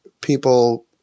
people